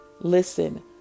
Listen